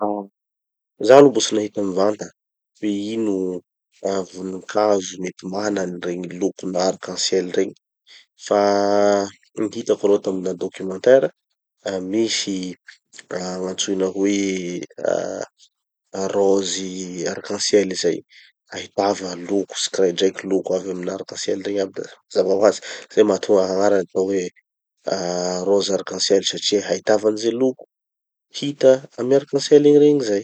ah zaho aloha mbo tsy nahita mivanta hoe ino ah vonikazo mety mana an'ireny lokona arc en ciel regny. Faaa gny hitako aloha tamina documentera, misy ah gn'antsoina hoe ah rose arc en ciel zay, ahitava loko tsikiraidraiky, loko avy amina arc en ciel regny aby da mazava hoazy zay mahatonga gn'agnarany atao hoe rose arc en ciel satria ahitava any ze loko hita amy arc en ciel egny regny zay.